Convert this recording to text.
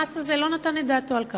המס הזה לא נתן את דעתו על כך.